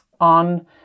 on